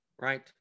right